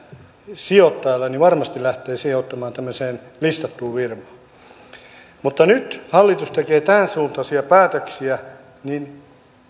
sijoittajalla niin varmasti lähtee sijoittamaan listattuun firmaan mutta nyt kun hallitus tekee tämän suuntaisia päätöksiä niin